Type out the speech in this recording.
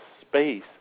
space